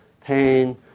pain